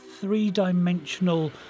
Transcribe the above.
three-dimensional